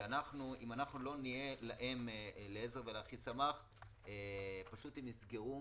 שאם אנחנו לא נהיה להם לעזר ולאחיסמך הם פשוט יסגרו,